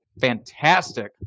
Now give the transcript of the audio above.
fantastic